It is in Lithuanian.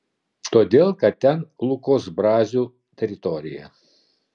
todėl kad ten lukos brazio teritorija